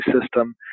system